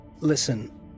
Listen